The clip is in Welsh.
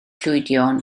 llwydion